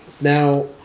Now